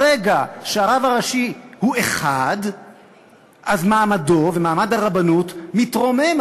ברגע שהרב הראשי הוא אחד אז מעמדו ומעמד הרבנות מתרוממים,